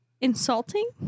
insulting